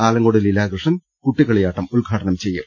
ആലങ്കോട് ലീലാ കൃഷ്ണൻ കുട്ടിക്കളിയാട്ടം ഉദ്ഘാടനം ചെയ്യും